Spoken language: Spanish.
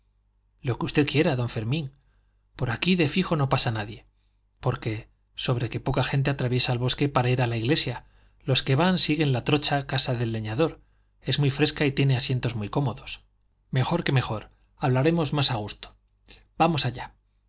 lo que usted quiera don fermín por aquí de fijo no pasa nadie porque sobre que poca gente atraviesa el bosque para ir a la iglesia los que van siguen la trocha casa del leñador es muy fresca y tiene asientos muy cómodos mejor que mejor hablaremos más a gusto vamos allá